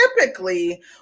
typically